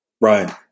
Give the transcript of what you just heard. Right